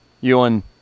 Ewan